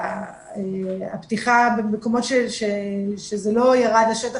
הפתיחה במקומות שזה לא ירד לשטח,